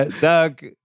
Doug